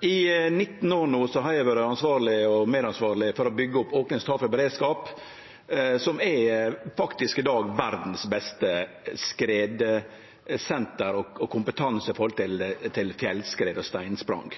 I 19 år no har eg vore ansvarleg og medansvarleg for å byggje opp Åknes/Tafjord Beredskap, som i dag faktisk har verdas beste skredsenter og kompetanse om fjellskred og steinsprang.